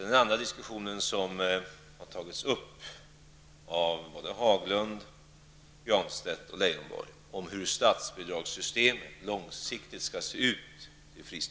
Den andra diskussionen, som tagits upp av både Haglund, Granstedt och Leijonborg, gäller frågan hur statsbidraget till de fristående skolorna långsiktigt skall utformas.